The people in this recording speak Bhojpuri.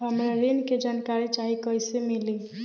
हमरा ऋण के जानकारी चाही कइसे मिली?